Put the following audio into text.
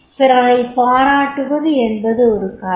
பிறரைப் பாராட்டுவது என்பது ஒரு கலை